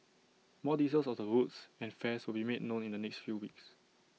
more details of the route and fares will be made known in the next few weeks